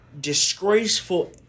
disgraceful